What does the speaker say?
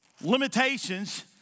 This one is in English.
limitations